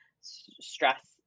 Stress